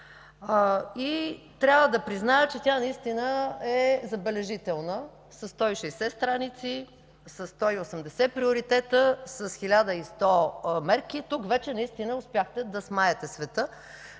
И трябва да призная, че тя наистина е забележителна – със 160 страници, със 180 приоритета, с 1100 мерки. Тук вече наистина успяхте да смаете света,